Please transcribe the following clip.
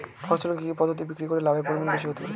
ফসল কি কি পদ্ধতি বিক্রি করে লাভের পরিমাণ বেশি হতে পারবে?